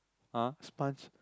ah sponge